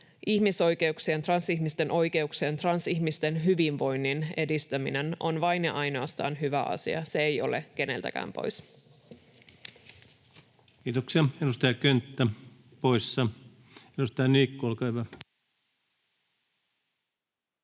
ihmisoikeuksien, transihmisten oikeuksien, transihmisten hyvinvoinnin edistäminen on vain ja ainoastaan hyvä asia. Se ei ole keneltäkään pois. [Speech 143] Speaker: Ensimmäinen varapuhemies